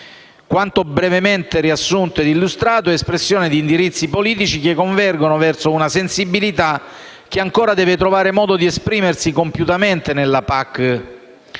Quanto brevemente riassunto e illustrato è espressione di indirizzi politici che convergono verso una sensibilità che ancora deve trovare modo di esprimersi compiutamente nella PAC.